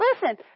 Listen